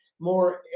more